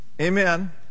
Amen